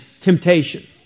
Temptation